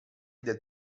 del